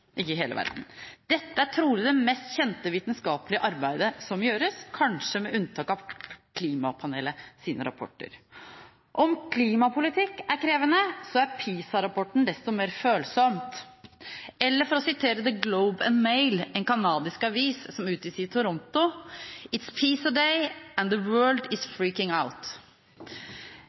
ikke bare i Norge, men i hele verden. Dette er trolig det mest kjente vitenskapelige arbeidet som gjøres, kanskje med unntak av klimapanelets rapporter. Om klimapolitikk er krevende, er PISA-rapporten desto mer følsomt – for å sitere The Globe and Mail, en kanadisk avis som utgis i Toronto: «It’s PISA day, and the world is freaking out.» Et søk i verdens aviser viser at